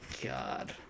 God